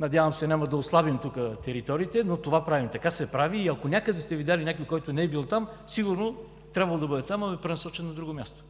Надявам се, няма да отслабим тук териториите. Това правим и така се прави – ако някъде сте видели някого, който не е бил там, сигурно е трябвало да бъде, но е пренасочен на друго място.